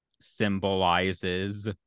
symbolizes